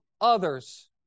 others